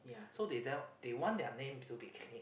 so they then they want their name to be claim